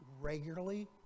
regularly